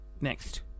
Next